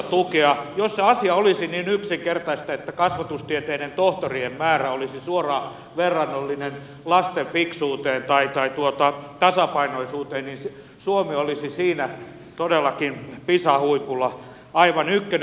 jos se asia olisi niin yksinkertainen että kasvatustieteiden tohtorien määrä olisi suoraan verrannollinen lasten fiksuuteen tai tasapainoisuuteen niin suomi olisi siinä todellakin pisa huipulla aivan ykkönen